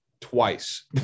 twice